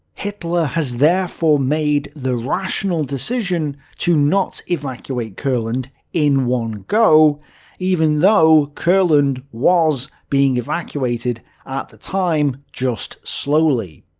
hitler has therefore made the rational decision to not evacuate courland in one go even though courland was being evacuated at the time, just slowly.